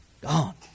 Gone